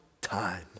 time